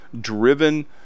driven